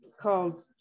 called